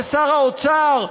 ושר האוצר,